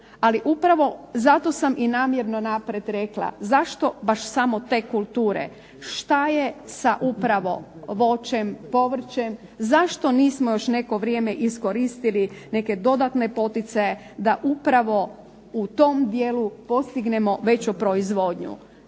Ali upravo zato sam i namjerno naprijed rekla zašto baš samo te kulture. Što je sa upravo voćem, povrćem? Zašto nismo još neko vrijeme iskoristili neke dodatne poticaje da upravo u tom dijelu postignemo veću proizvodnju?